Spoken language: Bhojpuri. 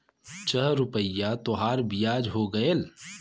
छह रुपइया तोहार बियाज हो गएल